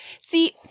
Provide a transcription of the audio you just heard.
See